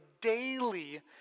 daily